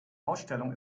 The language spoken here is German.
ausstellung